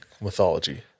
mythology